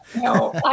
No